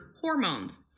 hormones